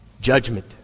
judgment